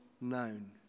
known